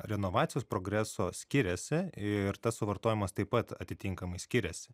renovacijos progreso skiriasi ir tas suvartojimas taip pat atitinkamai skiriasi